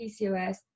PCOS